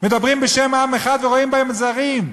מדברים בשם עם אחד ורואים בהם זרים,